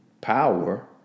power